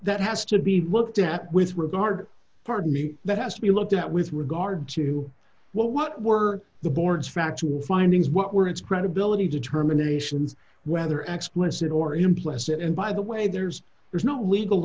that has to be looked at with regard pardon me that has to be looked at with regard to what what were the board's factual findings what were its credibility determinations whether x wants it or implicit and by the way there's there's not legal